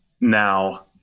now